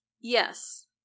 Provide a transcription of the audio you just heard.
Yes